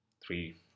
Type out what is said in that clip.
three